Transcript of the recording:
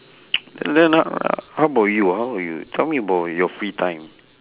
then then h~ how about you how about you tell me about your free time